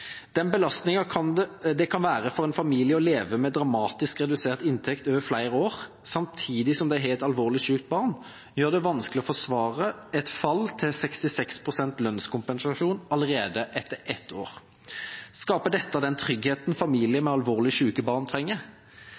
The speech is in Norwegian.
Den belastningen det kan være for en familie å leve med dramatisk redusert inntekt over flere år samtidig som de har et alvorlig sykt barn, gjør det vanskelig å forsvare et fall til 66 pst. lønnskompensasjon allerede etter ett år. Skaper dette den tryggheten familier med alvorlig syke barn trenger?